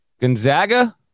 Gonzaga